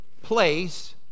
place